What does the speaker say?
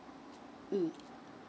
mm